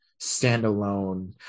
standalone